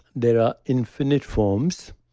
there are infinite forms,